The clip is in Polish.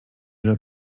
ile